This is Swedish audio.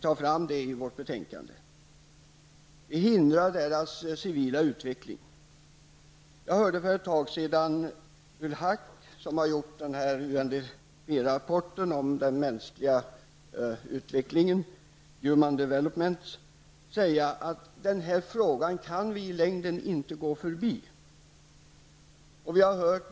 Det framgår av betänkandet. Denna upprustning hindrar den civila utvecklingen. För en tid sedan hörde jag Ul-Haq -- som har skrivit UND Human Development -- säga att man i längden inte kan gå förbi denna fråga.